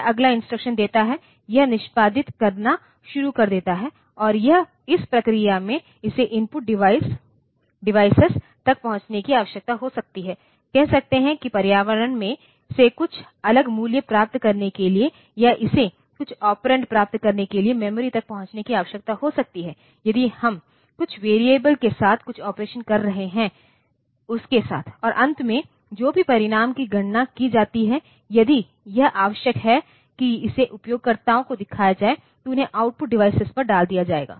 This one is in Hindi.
यह अगला इंस्ट्रक्शन देता है यह निष्पादित करना शुरू कर देता है और इस प्रक्रिया में इसे इनपुट डिवाइस तक पहुंचने की आवश्यकता हो सकती है कह सकते हैं कि पर्यावरण से कुछ अलग मूल्य प्राप्त करने के लिए या इसे कुछ ऑपरेंड प्राप्त करने के लिए मेमोरी तक पहुंचने की आवश्यकता हो सकती है यदि हम कुछ वेरिएबल के साथ कुछ ऑपरेशन कर रहे है उनके साथऔर अंत में जो भी परिणाम की गणना की जाती है यदि यह आवश्यक है कि इसे उपयोगकर्ताओं को दिखाया जाएगा तो उन्हें आउटपुट डिवाइस पर डाल दिया जाएगा